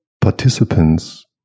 participants